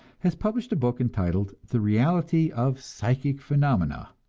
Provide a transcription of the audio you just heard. has published a book entitled the reality of psychic phenomena,